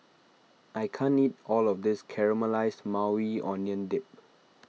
I can't eat all of this Caramelized Maui Onion Dip